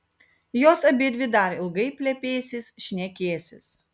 jos abidvi dar ilgai plepėsis šnekėsis